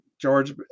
George